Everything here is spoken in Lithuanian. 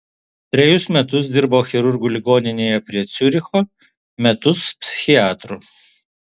trejus metus dirbo chirurgu ligoninėje prie ciuricho metus psichiatru